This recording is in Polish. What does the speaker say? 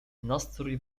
nastrój